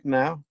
now